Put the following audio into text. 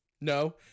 No